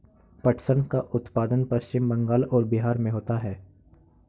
पटसन का उत्पादन पश्चिम बंगाल और बिहार में होता है